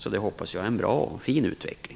Jag hoppas att det blir en fin utveckling.